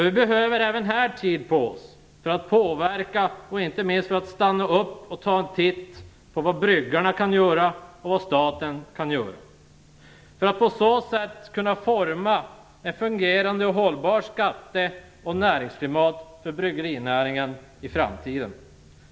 Vi behöver även här tid på oss för att påverka och inte minst för att stanna upp och ta en titt på vad bryggarna kan göra och vad staten kan göra för att forma ett fungerande och hållbart skatteoch näringsklimat för bryggerinäringen i framtiden.